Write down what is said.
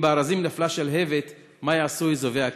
אם בארזים נפלה שלהבת, מה יעשו אזובי הקיר?